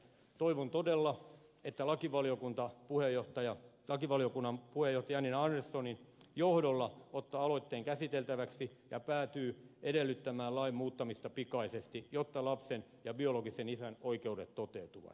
toivon todella että lakivaliokunta lakivaliokunnan puheenjohtajan janina anderssonin johdolla ottaa aloitteen käsiteltäväksi ja päätyy edellyttämään lain muuttamista pikaisesti jotta lapsen ja biologisen isän oikeudet toteutuvat